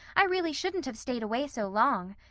i really shouldn't have stayed away so long.